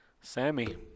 Sammy